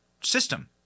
system